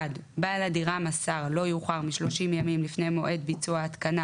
(1)בעל הדירה מסר לא יאוחר משלושים ימים לפני מועד ביצוע ההתקנה